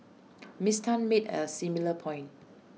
miss Tan made A similar point